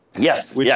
Yes